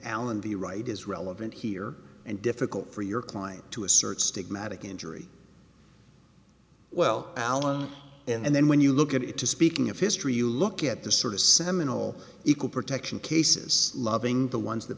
alan the right is relevant here and difficult for your client to assert stigmatic injury well alan and then when you look at it to speaking of history you look at the sort of seminal equal protection cases loving the ones that